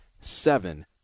seven